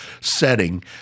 setting